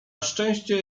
szczęście